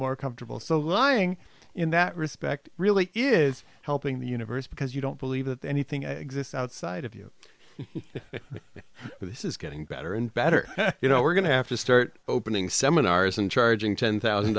more comfortable so lying in that respect really is helping the universe because you don't believe that anything exists outside of you but this is getting better and better you know we're going to have to start opening seminars and charging ten thousand